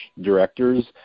directors